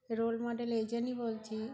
role model এই জন্য বলছি